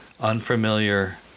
unfamiliar